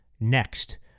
Next